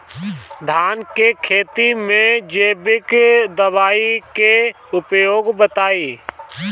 धान के खेती में जैविक दवाई के उपयोग बताइए?